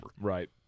Right